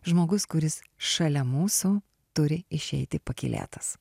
žmogus kuris šalia mūsų turi išeiti pakylėtas